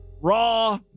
raw